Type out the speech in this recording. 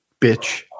bitch